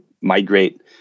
migrate